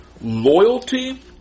loyalty